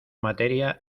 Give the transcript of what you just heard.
materia